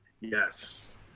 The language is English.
Yes